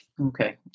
Okay